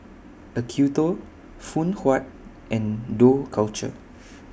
Acuto Phoon Huat and Dough Culture